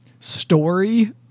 Story